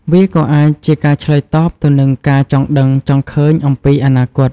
វាក៏អាចជាការឆ្លើយតបទៅនឹងការចង់ដឹងចង់ឃើញអំពីអនាគត។